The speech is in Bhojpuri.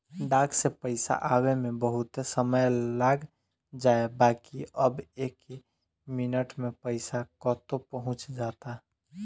डाक से पईसा आवे में बहुते समय लाग जाए बाकि अब एके मिनट में पईसा कतो पहुंच जाता